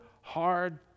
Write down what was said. hard